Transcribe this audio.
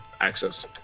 access